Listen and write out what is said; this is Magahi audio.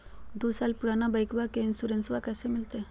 दू साल पुराना बाइकबा के इंसोरेंसबा कैसे मिलते?